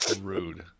Rude